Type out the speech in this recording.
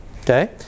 okay